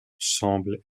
semblent